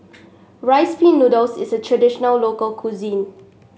Rice Pin Noodles is a traditional local cuisine